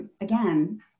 Again